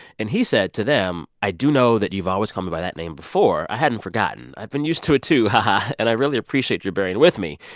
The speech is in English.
and he said to them, i do know that you've always called me by that name before. i hadn't forgotten. i've been used to it, too, ha-ha, and i really appreciate you're bearing with me.